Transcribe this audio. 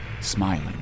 smiling